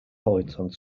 horizont